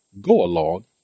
go-along